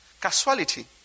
casualty